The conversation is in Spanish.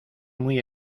muy